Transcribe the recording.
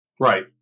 Right